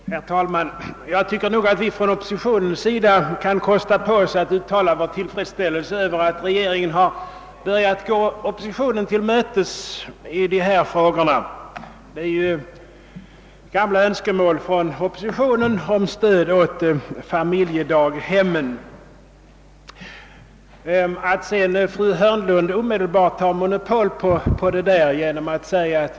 Herr talman! Jag tycker att vi från oppositionens sida kan kosta på oss att uttala vår tillfredsställelse över att regeringen börjat gå oss till mötes i dessa frågor — stöd åt familjedaghem är ett gammalt önskemål från oppositionen. Fru Hörnlund tycktes för sitt partis räkning vilja ta monopol på omsorgen om familjedaghemmen.